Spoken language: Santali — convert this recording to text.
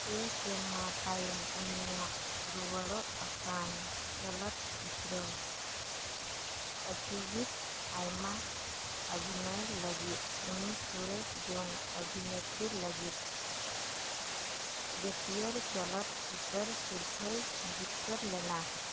ᱯᱮ ᱥᱮᱨᱢᱟ ᱛᱟᱭᱚᱢ ᱩᱱᱤᱭᱟᱜ ᱨᱩᱣᱟᱹᱲᱚᱜ ᱟᱠᱟᱱ ᱪᱚᱞᱚᱛ ᱪᱤᱛᱨᱚ ᱟᱹᱪᱩᱣᱤᱛ ᱟᱭᱢᱟ ᱟᱵᱷᱤᱱᱚᱭ ᱞᱟᱹᱜᱤᱫ ᱩᱱᱤ ᱥᱚᱨᱮᱥ ᱡᱚᱝ ᱚᱵᱷᱤᱱᱮᱛᱨᱤ ᱞᱟᱹᱜᱤᱫ ᱡᱟᱹᱛᱤᱭᱟᱹᱨᱤ ᱪᱟᱞᱟᱠ ᱪᱤᱛᱟᱹᱨ ᱥᱤᱨᱯᱷᱟᱹᱭ ᱡᱤᱛᱠᱟᱹᱨ ᱞᱮᱱᱟ